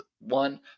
one